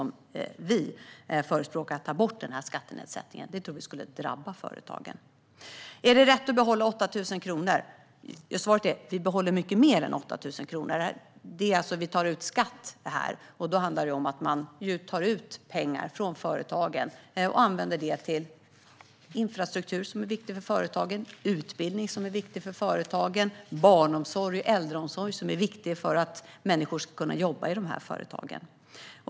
Vi förespråkar dock inte att ta bort skattenedsättningen. Det tror vi skulle drabba företagen. Är det rätt att behålla 8 000 kronor? Svaret är att vi behåller mycket mer än 8 000 kronor. Vi tar ut skatt här, och då handlar det om pengar från företagen som vi använder till infrastruktur, som är viktig för företagen, till utbildning, som är viktig för företagen och till barnomsorg och äldreomsorg, som är viktigt för att människor ska kunna jobba i de här företagen.